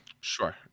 Sure